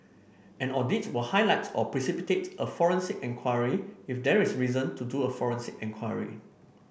an audit will highlight or precipitate a forensic enquiry if there is reason to do a forensic enquiry